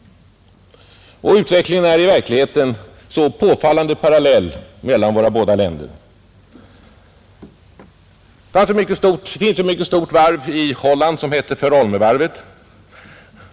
Utvecklingen är i verkligheten påfallande parallell i våra båda länder. Ett mycket stort varv i Holland är Verolmevarvet.